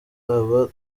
aba